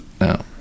no